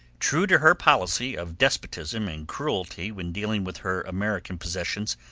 true to her policy of despotism and cruelty when dealing with her american possessions,